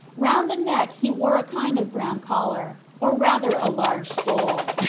round the neck he wore a kind of brown collar, or rather a large stole,